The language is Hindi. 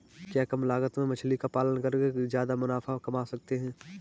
क्या कम लागत में मछली का पालन करके ज्यादा मुनाफा कमा सकते हैं?